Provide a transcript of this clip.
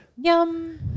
Yum